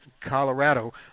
Colorado